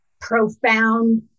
profound